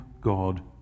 God